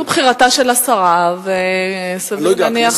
זו בחירתה של השרה, וסביר להניח, אני לא יודע.